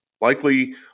likely